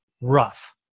rough